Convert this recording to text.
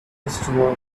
customer